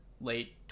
late